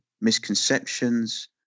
misconceptions